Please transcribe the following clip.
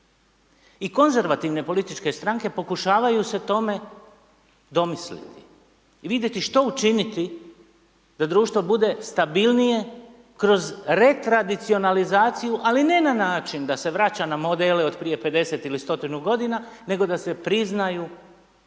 I konzervativne političke stranke pokušavaju se tome domisliti i vidjeti što učiniti da društvo bude stabilnije kroz retradicionalizaciju ali ne na način da se vraća na modele od prije 50 ili stotinu godina nego da se priznaju